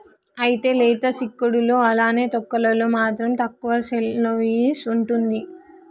అయితే లేత సిక్కుడులో అలానే తొక్కలలో మాత్రం తక్కువ సెల్యులోస్ ఉంటుంది